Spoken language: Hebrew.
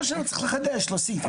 כל שנה הוא צריך לחדש, להוסיף.